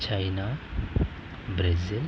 China Brazil